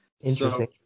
Interesting